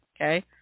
Okay